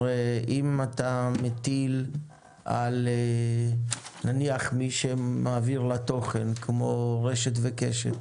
הרי אם אתה מטיל על מי שמעביר לתוכן כמו רשת וקשת